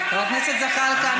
חבר הכנסת זחאלקה,